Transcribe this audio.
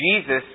Jesus